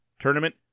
tournament